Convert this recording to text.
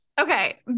okay